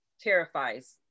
terrifies